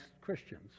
Christians